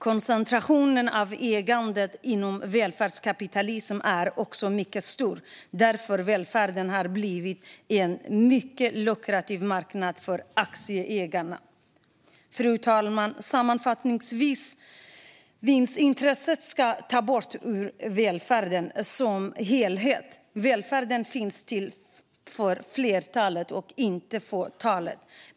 Koncentrationen av ägandet inom välfärdskapitalismen är också mycket stor för att välfärden har blivit en mycket lukrativ marknad för aktieägare. Fru talman! Sammanfattningsvis: Vinstintresset ska tas bort ur välfärden som helhet. Välfärden finns till för flertalet, inte för fåtalet.